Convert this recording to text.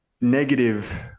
negative